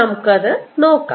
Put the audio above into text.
നമുക്ക് അത് നോക്കാം